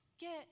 get